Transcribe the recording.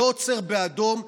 שלא עוצר באדום,